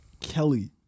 kelly